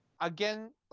Again